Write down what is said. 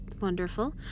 wonderful